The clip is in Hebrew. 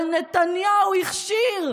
אבל נתניהו הכשיר,